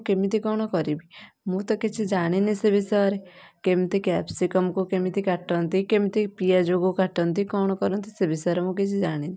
ମୁଁ କେମିତି କ'ଣ କରିବି ମୁଁ ତ କିଛି ଜାଣିନି ସେ ବିଷୟରେ କେମିତି କ୍ୟାପସିକମକୁ କେମିତି କାଟନ୍ତି କେମିତି ପିଆଜକୁ କାଟନ୍ତି କ'ଣ କରନ୍ତି ସେ ବିଷୟରେ ମୁଁ କିଛି ଜାଣିନି